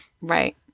Right